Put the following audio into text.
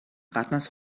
гаднаас